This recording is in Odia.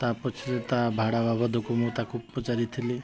ତା' ପଛରେ ତା' ଭଡ଼ା ବାବଦକୁ ମୁଁ ତାକୁ ପଚାରିଥିଲି